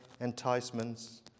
enticements